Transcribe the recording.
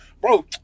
Bro-